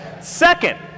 Second